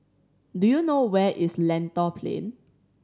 do you know where is Lentor Plain